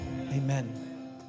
amen